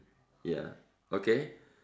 ya okay